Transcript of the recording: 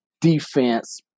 defense